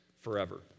forever